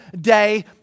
day